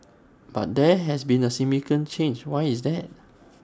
but there has been A significant change why is that